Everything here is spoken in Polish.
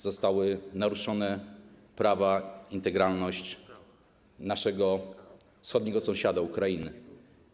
Zostały naruszone prawa i integralność naszego wschodniego sąsiada, Ukrainy.